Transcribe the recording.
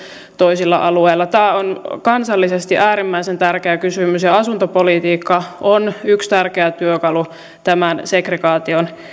toisilla alueilla tämä on kansallisesti äärimmäisen tärkeä kysymys ja asuntopolitiikka on yksi tärkeä työkalu tämän segregaation